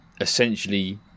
essentially